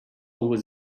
was